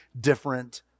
different